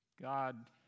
God